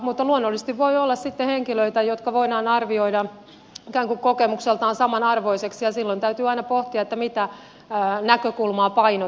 mutta luonnollisesti voi olla sitten henkilöitä jotka voidaan arvioida ikään kuin kokemukseltaan samanarvoisiksi ja silloin täytyy aina pohtia mitä näkökulmaa painotetaan